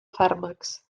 fàrmacs